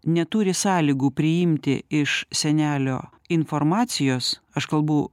neturi sąlygų priimti iš senelio informacijos aš kalbu